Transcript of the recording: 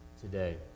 today